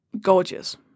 gorgeous